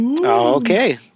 okay